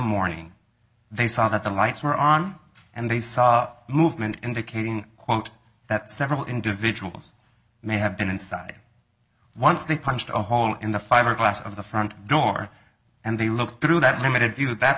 morning they saw that the lights were on and they saw movement indicating quote that several individuals may have been inside once they punched a hole in the fiberglass of the front door and they look through that limited view that's